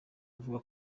avuga